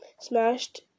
smashed